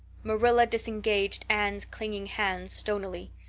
marilla disengaged anne's clinging hands stonily.